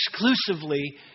exclusively